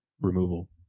removal